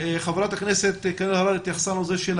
חברת הכנסת קארין אלהרר התייחסה לנושא של